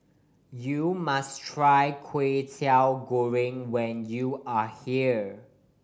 you must try Kway Teow Goreng when you are here